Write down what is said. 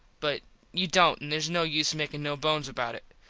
but you dont an theres no use makin no bones about it.